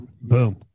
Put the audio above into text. Boom